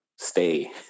stay